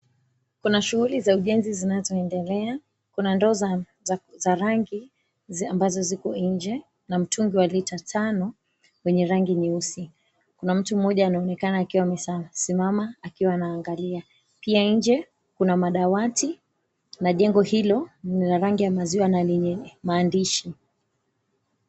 Kuna shughuli za ujenzi zinazoendelea. Kuna ndoo za rangi ambazo ziko nje na mtungi wa lita tano wenye rangi nyeusi. Kuna mtu mmoja anaonekana akiwa amesimama akiwa anaangalia. Pia nje kuna madawati na jengo hilo ni la rangi ya maziwa na lenye maandishi.